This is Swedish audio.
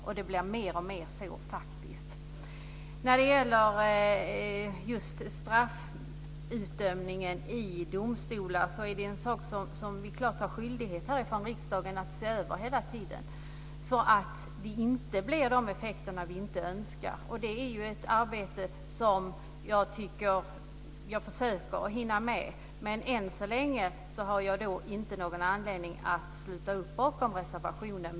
Och det blir mer och mer så faktiskt. Just straffutdömningen i domstolar är en sak som vi klart har skyldighet från riksdagens sida att se över hela tiden så att det inte blir sådana effekter som vi inte önskar. Det är ett arbete som jag försöker att hinna med. Men än så länge har jag inte någon anledning att sluta upp bakom reservationen.